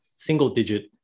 single-digit